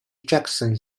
jackson